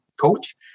coach